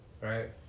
right